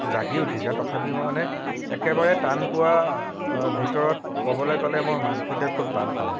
জাগি উঠিছে তথাপিও মই মানে একেবাৰে টান পোৱা ভিতৰত ক'বলৈ গলে মোৰ মাংসটোৱেই খুউৱ টান পাওঁ